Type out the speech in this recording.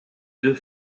deux